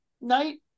night